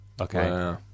okay